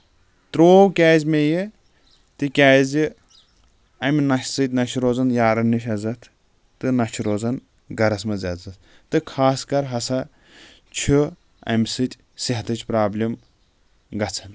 ترٛوو کیازِ مےٚ یہِ تِکیازِ اَمہِ نشہٕ سۭتۍ نہ چھُ روزان یارن نِش عزت تہٕ نش روزان گرس منٛز عزت تہٕ خاص کر ہسا چھُ اَمہِ سۭتۍ صحتٕچ پرابلم گژھان